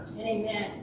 Amen